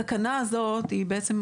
התקנה הזאת היא בעצם,